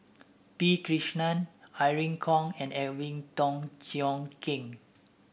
P Krishnan Irene Khong and Alvin Tan Cheong Kheng